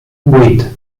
vuit